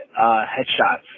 headshots